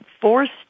forced